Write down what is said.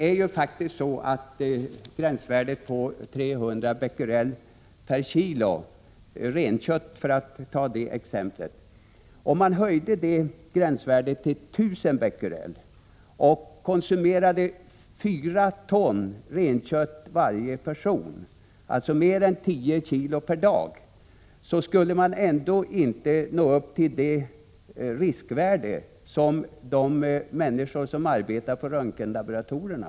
Om man höjde gränsvärdet på 300 becquerel per kilo renkött — för att ta det exemplet — till 1 000 becquerel samt om varje person konsumerade 4 ton renkött per år, alltså mer än 10 kg per dag, skulle man faktiskt ändå inte nå upp till det riskvärde som gäller för de människor som arbetar på röntgenlaboratorierna.